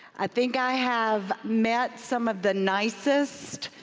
i think i have met some of the nicest,